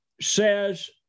says